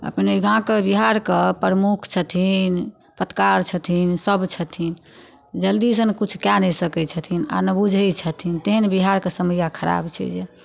अपने गाँवके बिहारके प्रमुख छथिन पत्रकार छथिन सभ छथिन जल्दीसँ नहि किछु कए नहि सकै छथिन आ नहि बुझै छथिन तेहन बिहारके समय्या खराप छै जे